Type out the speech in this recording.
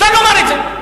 אפשר לומר את זה.